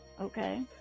okay